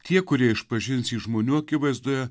tie kurie išpažins jį žmonių akivaizdoje